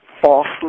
falsely